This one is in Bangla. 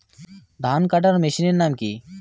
ধান কাটার মেশিনের নাম কি?